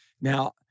Now